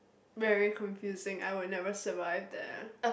very confusing I would never survive that